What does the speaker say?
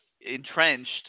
entrenched